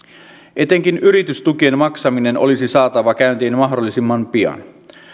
etenkin yritystukien maksaminen olisi saatava käyntiin mahdollisimman pian